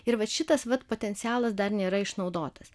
ir vat šitas vat potencialas dar nėra išnaudotas